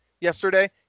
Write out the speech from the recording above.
yesterday